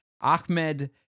Ahmed